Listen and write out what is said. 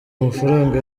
amafaranga